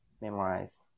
memorize